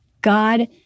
God